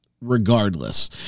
regardless